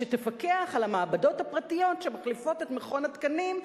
שתפקח על המעבדות הפרטיות שמחליפות את מכון התקנים,